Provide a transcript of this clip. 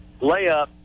Layup